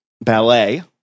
ballet